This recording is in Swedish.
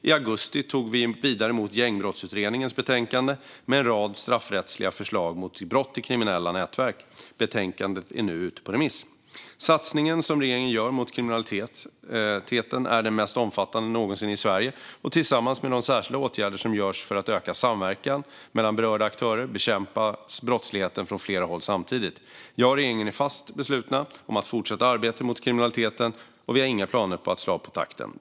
I augusti tog vi vidare emot Gängbrottsutredningens betänkande med en rad straffrättsliga förslag mot brott i kriminella nätverk. Betänkandet är nu ute på remiss. Satsningen som regeringen gör mot kriminaliteten är den mest omfattande någonsin i Sverige, och tillsammans med de särskilda åtgärder som vidtas för att öka samverkan mellan berörda aktörer bekämpas brottsligheten från flera håll samtidigt. Jag och regeringen är fast beslutna om att fortsätta arbetet mot kriminaliteten, och vi har inga planer på att slå av på takten.